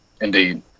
Indeed